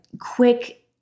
quick